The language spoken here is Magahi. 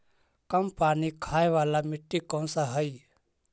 कम पानी खाय वाला मिट्टी कौन हइ?